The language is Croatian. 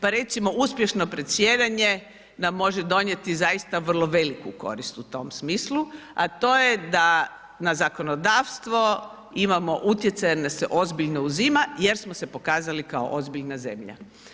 Pa recimo uspješno predsjedanje nam može donijeti zaista vrlo veliku korist u tom smislu, a to je da na zakonodavstvo imamo utjecaj jer nas se ozbiljno uzima jer smo se pokazali kao ozbiljna zemlja.